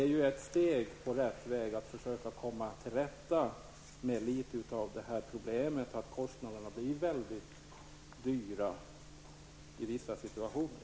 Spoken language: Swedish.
Det är ett steg på vägen att försöka komma till rätta med problemet att kostnaderna blir mycket stora i vissa situationer.